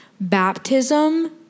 baptism